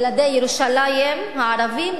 ילדי ירושלים הערבים,